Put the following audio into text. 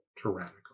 tyrannical